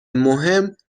مهم